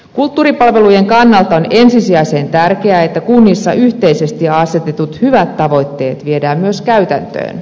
kulttuuripalvelujen kannalta on ensisijaisen tärkeää että kunnissa yhteisesti jo asetetut hyvät tavoitteet viedään myös käytäntöön